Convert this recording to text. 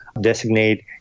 designate